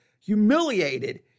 humiliated